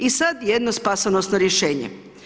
I sad jedno spasonosno rješenje.